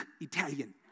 Italian